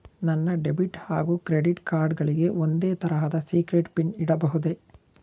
ನನ್ನ ಡೆಬಿಟ್ ಹಾಗೂ credit card ಗಳಿಗೆ ಒಂದೇ ತರಹದ ಸೀಕ್ರೇಟ್ ಪಿನ್ ಇಡಬಹುದೇ?